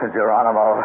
Geronimo